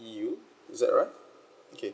U is that right okay